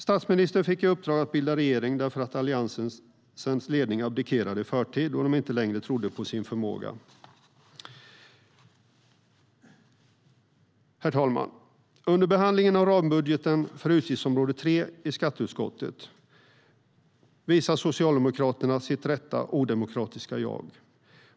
Statsministern fick i uppdrag att bilda regering eftersom Alliansens ledning abdikerade i förtid då de inte längre trodde på sin förmåga. Herr talman! Under behandlingen av rambudgeten för utgiftsområde 3 i skatteutskottet visade Socialdemokraterna sitt rätta, odemokratiska jag.